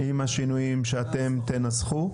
עם השינויים שאתם תנסחו.